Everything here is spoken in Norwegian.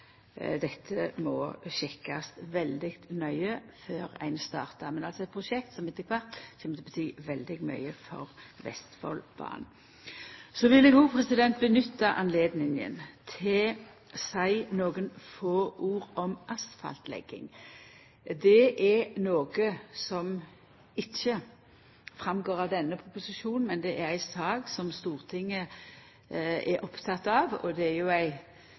dette må sjekkast veldig nøye før ein startar. Men det er eit prosjekt som etter kvart kjem til å bety veldig mykje for Vestfoldbanen. Så vil eg òg nytta høvet til å seia nokre få ord om asfaltlegging. Det er noko som ikkje går fram av denne proposisjonen, men det er ei sak som Stortinget er oppteke av, og det er jo